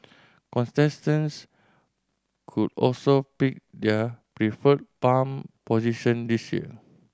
contestants could also pick their preferred palm position this year